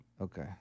Okay